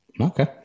okay